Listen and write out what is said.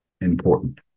important